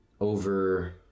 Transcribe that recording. Over